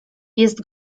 jest